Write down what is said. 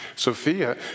Sophia